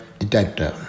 detector